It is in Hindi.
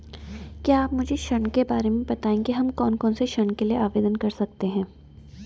क्या आप मुझे ऋण के बारे में बताएँगे हम कौन कौनसे ऋण के लिए आवेदन कर सकते हैं?